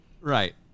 Right